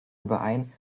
überein